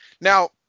Now